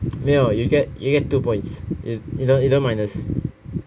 没有 you get you get two points you don't minus